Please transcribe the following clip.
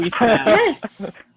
yes